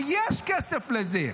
ויש כסף לזה.